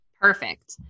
Perfect